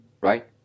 right